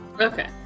Okay